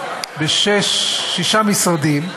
בשישה משרדים,